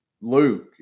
Luke